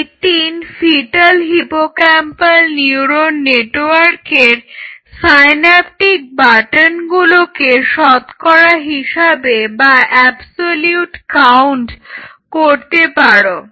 F18 fetal hippocampal neuron নেটওয়ার্কের synaptic বাটনগুলোকে শতকরা হিসাবে বা অ্যাবসোলিউট কাউন্ট করতে পারো